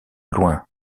loin